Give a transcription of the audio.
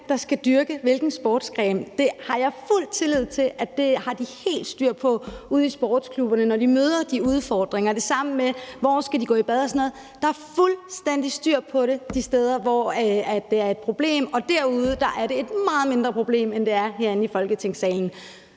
der skal dyrke hvilken sportsgren. Det har jeg fuld tillid til at de har helt styr på ude i sportsklubberne, når de møder de udfordringer, og det samme er med hensyn til, hvor de skal gå i bad og sådan noget. Der er fuldstændig styr på det de steder, hvor det er et problem, og derude er det et meget mindre problem, end det er herinde i Folketingssalen.